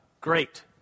Great